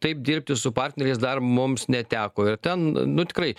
taip dirbti su partneriais dar mums neteko ir ten nu tikrai